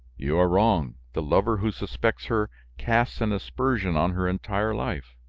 you are wrong, the lover who suspects her casts an aspersion on her entire life,